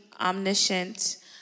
omniscient